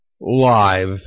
live